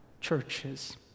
churches